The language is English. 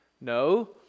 No